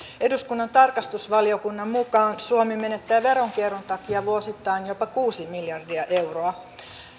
eduskunnan tarkastusvaliokunnan mukaan suomi menettää veronkierron takia vuosittain jopa kuusi miljardia euroa